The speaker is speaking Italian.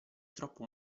troppo